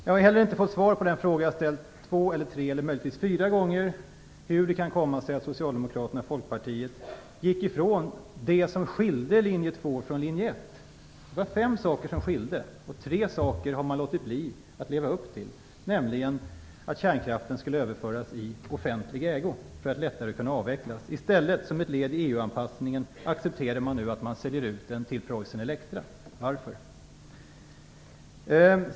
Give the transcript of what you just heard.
Jag har heller inte fått svar på den fråga jag har ställt två, tre eller möjligtvis fyra gånger om hur det kan komma sig att Socialdemokraterna och 1. Det var fem saker som skilde, och tre saker har man låtit bli att leva upp till. Kärnkraften skulle överföras i offentlig ägo för att lättare kunna avvecklas. I stället accepterar man nu som ett led i Varför?